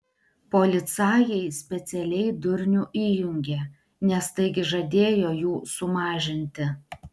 policajai specialiai durnių įjungė nes taigi žadėjo jų sumažinti